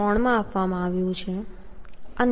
3 માં આપવામાં આવ્યું છે